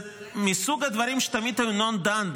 זה מסוג הדברים שהם תמיד none done,